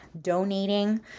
donating